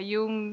Yung